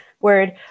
word